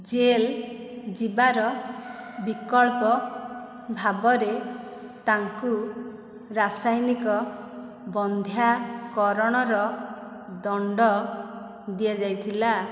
jail ଯିବାର ବିକଳ୍ପ ଭାବରେ ତାଙ୍କୁ ରାସାୟନିକ ବନ୍ଧ୍ୟାକରଣର ଦଣ୍ଡ ଦିଆଯାଇଥିଲା